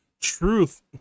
truth